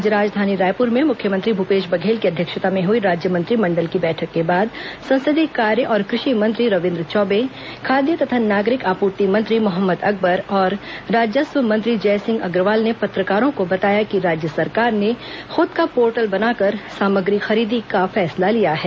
आज राजधानी रायपुर में मुख्यमंत्री भूपेश बघेल की अध्यक्षता में हुई राज्य मंत्रिमंडल की बैठक के बाद संसदीय कार्य और कृषि मंत्री रविन्द्र चौबे खाद्य तथा नागरिक आपूर्ति मंत्री मोहम्मद अकबर और राजस्व मंत्री जयसिंह अग्रवाल ने पंत्रकारों को बताया कि राज्य सरकार ने खुद का पोर्टल बनाकर सामग्री खरीदी का फैसला लिया है